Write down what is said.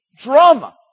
drama